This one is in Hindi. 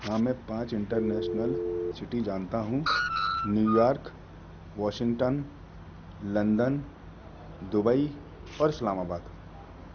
हाँ मैं पाँच इंटरनेशनल सिटी जानता हूँ New York Washington London Dubai और इस्लामाबाद